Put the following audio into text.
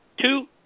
Two